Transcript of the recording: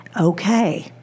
okay